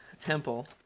temple